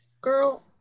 Girl